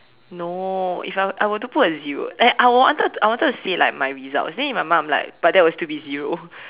no if I I were to put a zero eh I wanted to I wanted to say like my results then in my mind I'm like but that would still be zero